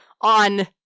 on